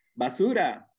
Basura